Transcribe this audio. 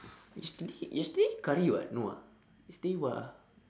yesterday yesterday curry [what] no ah yesterday what ah